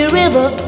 river